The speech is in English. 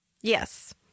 Yes